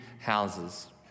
houses